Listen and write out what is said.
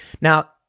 Now